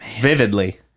vividly